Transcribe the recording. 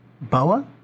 Boa